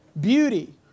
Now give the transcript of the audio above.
beauty